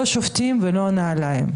לא שופטים ולא נעליים.